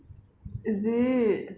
is it